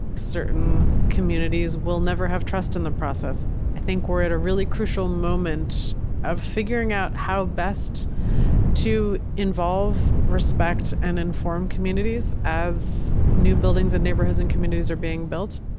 certain communities will never have trust in the process. i think we're at a really crucial moment of figuring out how best to involve respect respect and inform communities as new buildings and neighborhoods and communities are being built.